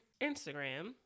Instagram